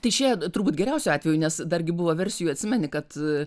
tai išėjo turbūt geriausiu atveju nes dar gi buvo versijų atsimeni kad